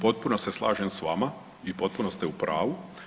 Potpuno se slažem s vama i potpuno ste u pravu.